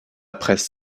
presse